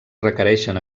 requereixen